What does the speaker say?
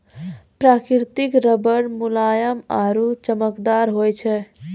प्रकृतिक रबर मुलायम आरु चमकदार होय छै